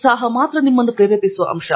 ಉತ್ಸಾಹ ಮಾತ್ರ ನಿಮ್ಮನ್ನು ಪ್ರೇರೇಪಿಸುವ ಅಂಶ